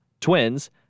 Twins